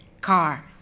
car